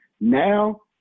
Now